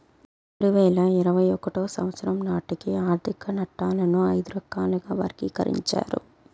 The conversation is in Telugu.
రెండు వేల ఇరవై ఒకటో సంవచ్చరం నాటికి ఆర్థిక నట్టాలను ఐదు రకాలుగా వర్గీకరించారు